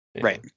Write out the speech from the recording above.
right